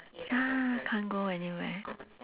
ya can't go anywhere